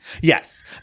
Yes